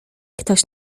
ktoś